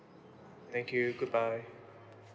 thank you goodbye